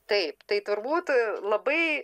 taip tai turbūt labai